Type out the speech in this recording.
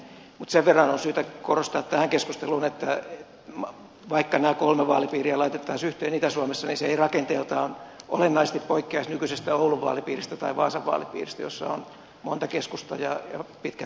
mutta sitä on syytä korostaa tässä keskustelussa että vaikka nämä kolme vaalipiiriä laitettaisiin yhteen itä suomessa niin se ei rakenteeltaan olennaisesti poikkeaisi nykyisestä oulun vaalipiiristä tai vaasan vaalipiiristä joissa on monta keskusta ja pitkät etäisyydet